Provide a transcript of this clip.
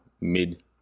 mid